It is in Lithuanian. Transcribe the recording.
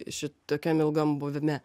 šitokiam ilgam buvime